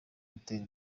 gutera